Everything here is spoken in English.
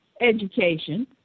education